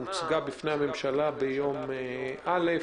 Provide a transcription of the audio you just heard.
הוצגה בפני הממשלה ביום א'.